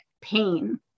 pain